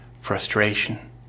frustration